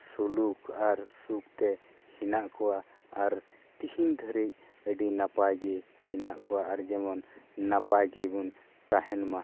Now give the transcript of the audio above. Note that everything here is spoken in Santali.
ᱥᱩᱞᱩᱠ ᱟᱨ ᱥᱩᱠᱛᱮ ᱦᱮᱱᱟᱜ ᱠᱚᱣᱟ ᱟᱨ ᱛᱮᱦᱮᱧ ᱫᱷᱟᱹᱨᱤᱡ ᱟᱹᱰᱤ ᱱᱟᱯᱟᱭ ᱜᱮ ᱦᱮᱱᱟᱜ ᱠᱚᱣᱟ ᱟᱨ ᱡᱮᱢᱚᱱ ᱱᱟᱯᱟᱭ ᱜᱮᱵᱚᱱ ᱛᱟᱦᱮᱱᱢᱟ